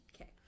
Okay